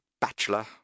bachelor